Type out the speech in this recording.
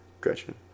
Gretchen